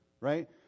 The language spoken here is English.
right